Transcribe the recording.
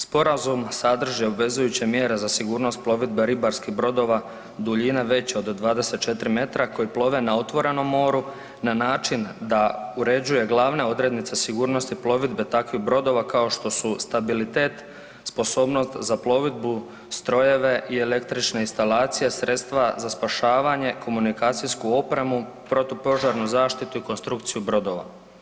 Sporazum sadrži obvezujuće mjere za sigurnost plovidbe ribarskih brodova duljine veće od 24 metra koji plove na otvorenom moru na način da uređuje glavne odrednice sigurnosti plovidbe takvih brodova kao što su stabilitet, sposobnost za plovidbu, strojeve i električne instalacije, sredstva za spašavanje, komunikacijsku opremu, protupožarnu zaštitu i konstrukciju brodova.